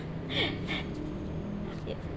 ya